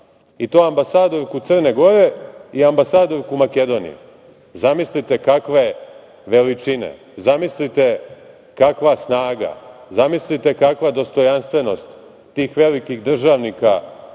i to ambasadorku Crne Gore i amabasadorku Makedonije? Zamislite kakve veličine, zamislite kakva snaga, zamislite kakva dostojanstvenost tih velikih državnika